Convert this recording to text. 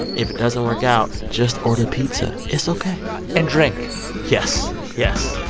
if it doesn't work out, just order pizza. it's ok and drink yes, yes,